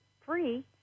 free